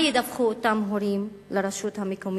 מה ידווחו אותם הורים לרשות המקומית,